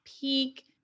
peak